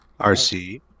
RC